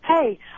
Hey